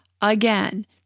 again